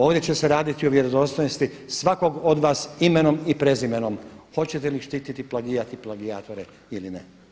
Ovdje će se raditi o vjerodostojnosti svakog od vas imenom i prezimenom hoćete li štititi plagijat i plagijatore ili ne.